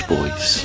Boys